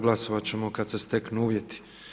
Glasovat ćemo kada se steknu uvjeti.